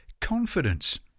confidence